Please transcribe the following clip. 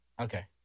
Okay